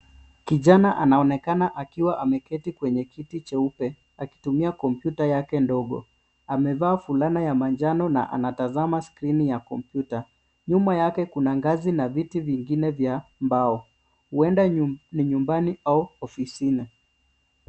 Kijana anaonekana akiwa ameketi kwenye kiti cheupe akitumia kompyuta yake ndogo. Amevaa fulana ya manjano na anatazama skrini ya kompyuta. Nyuma yake kuna ngazi na viti vingine vya mbao huenda ni nyumbani au ofisini.